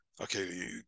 okay